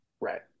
Right